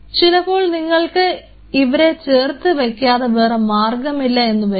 ചിലപ്പോൾ നിങ്ങൾക്ക് ഇവരെ ചേർത്ത് വയ്ക്കാതെ വേറെ മാർഗ്ഗമില്ല എന്നു വരും